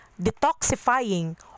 detoxifying